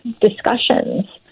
discussions